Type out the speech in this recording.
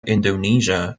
indonesia